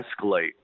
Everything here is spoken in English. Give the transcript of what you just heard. escalate